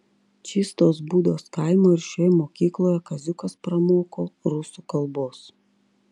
čystos būdos kaimo ir šioje mokykloje kaziukas pramoko rusų kalbos